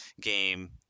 game